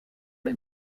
dem